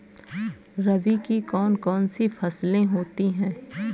रबी की कौन कौन सी फसलें होती हैं?